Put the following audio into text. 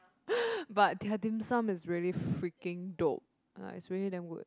but their dim-sum is really freaking dope ah it's really damn good